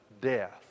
death